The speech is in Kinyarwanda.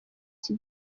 iki